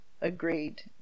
agreed